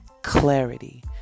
Clarity